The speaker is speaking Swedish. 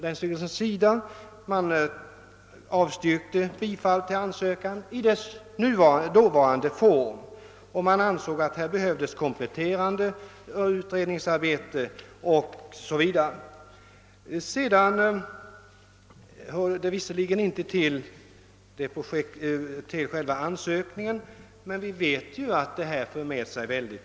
Länsstyrelsen avstyrkte därför den gjorda ansökningen i dess dåvarande form och anförde att det behövdes kompletterande utredningsarbete o. s. v. Även om det inte har samband med ansökningen som sådan vill jag erinra om att denna åtgärd skulle få mycket stora följder.